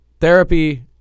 therapy